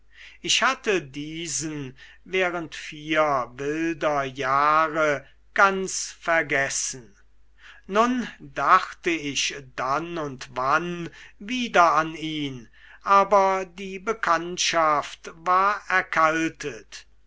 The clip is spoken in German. ich hatte diesen während vier wilder jahre ganz vergessen nun dachte ich dann und wann wieder an ihn aber die bekanntschaft war erkaltet